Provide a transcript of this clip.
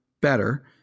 better